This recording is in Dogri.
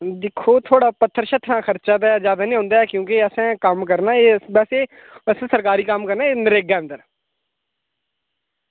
दिक्खो थोआढ़ा पत्थर शत्थर दा खर्चा ते ज्यादा नि औंदा ऐ क्योंकि असें कम्म करना ऐ वैसे अस सरकारी कम्म करने आं नरेगा अंदर